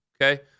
okay